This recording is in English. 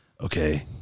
okay